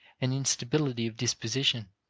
an instability of disposition.